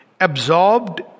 absorbed